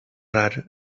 rar